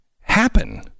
happen